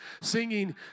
singing